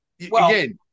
again